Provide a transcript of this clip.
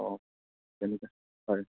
অঁ তেনেকে হয়